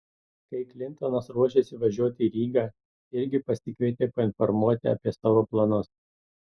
kai klintonas ruošėsi važiuoti į rygą irgi pasikvietė painformuoti apie savo planus